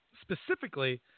specifically